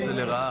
אני